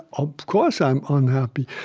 of course, i'm unhappy.